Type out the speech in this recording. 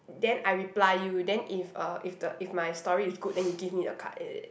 then I reply you then if uh if the if my story is good then you give me the card is it